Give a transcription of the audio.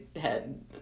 head